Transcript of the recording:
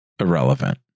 irrelevant